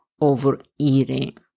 overeating